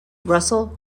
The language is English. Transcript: russell